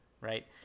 right